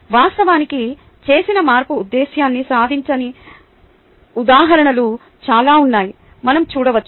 వాస్తవానికి చేసిన మార్పు ఉద్దేశ్యాన్ని సాధించని ఉదాహరణలు చాలా ఉన్నాయని మనం చూడవచ్చు